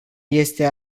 este